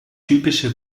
typische